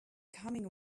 coming